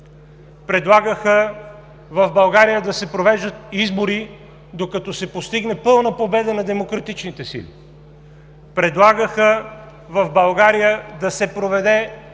предлагаха в България да се провеждат избори, докато се постигне пълна победа на демократичните сили; предлагаха в България да се проведе